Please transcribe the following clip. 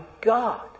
God